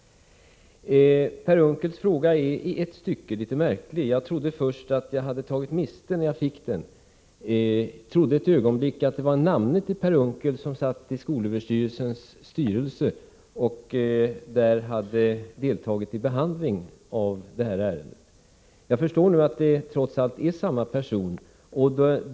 Per Unckels fråga är i ett stycke litet märklig. Jag trodde först att jag hade tagit miste när jag fick den; jag trodde ett ögonblick att det gällde en namne till Per Unckel som satt i skolöverstyrelsens styrelse och där hade deltagit i behandlingen av ärendet. Jag förstår nu att det trots allt är samma person.